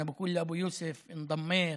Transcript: (אומר דברים בשפה הערבית,